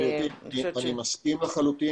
גברתי, אני מסכים לחלוטין.